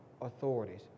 authorities